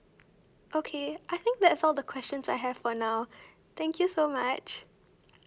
okay I think that's all the questions I have for now thank you so much